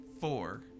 four